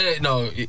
No